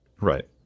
Right